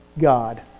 God